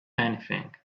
anything